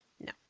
no